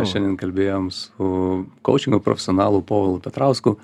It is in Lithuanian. šiandien kalbėjom su koučingo profesionalu povilu petrausku